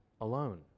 alone